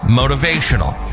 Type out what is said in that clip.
motivational